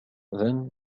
then